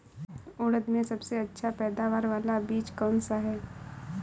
उड़द में सबसे अच्छा पैदावार वाला बीज कौन सा है?